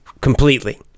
completely